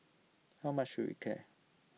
how much should we care